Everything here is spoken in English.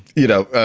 you know,